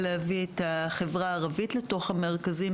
להביא את החברה הערבית לתוך המרכזים,